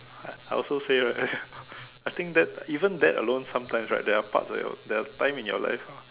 I I also say right I think that even that alone sometimes right there are parts where there are time in your life